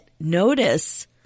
notice